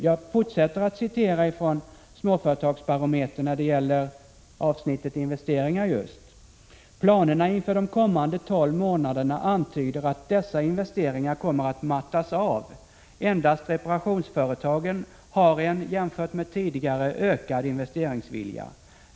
Jag fortsätter att återge vad som står i Småföretagsbarometern, avsnittet om investeringar: Planerna inför de kommande tolv månaderna antyder att dessa investeringar kommer att mattas av. Endast reparationsföretagen har en jämfört med tidigare ökad investeringsvilja.